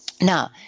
Now